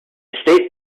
estate